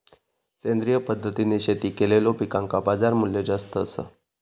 सेंद्रिय पद्धतीने शेती केलेलो पिकांका बाजारमूल्य जास्त आसा